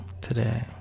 today